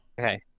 Okay